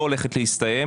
לא הולכת להסתיים,